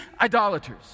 idolaters